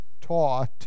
taught